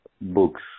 books